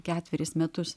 ketveris metus